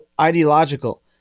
ideological